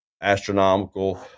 astronomical